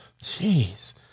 Jeez